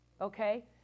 okay